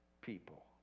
people